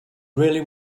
really